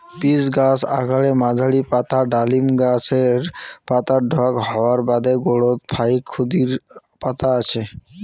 pitch গছ আকারে মাঝারী, পাতা ডালিম গছের পাতার ঢক হওয়ার বাদে গোরোত ফাইক ক্ষুদিরী পাতা আছে